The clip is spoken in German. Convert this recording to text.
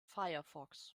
firefox